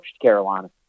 Carolina